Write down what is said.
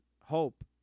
hope